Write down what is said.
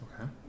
Okay